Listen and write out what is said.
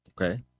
Okay